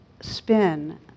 spin